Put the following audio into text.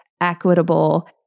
equitable